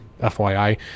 FYI